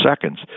seconds